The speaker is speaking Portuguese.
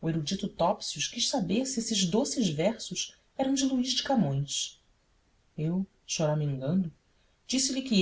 o erudito topsius quis saber se estes doces versos eram de luís de camões eu choramingando disse-lhe que